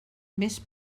més